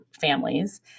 families